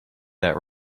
that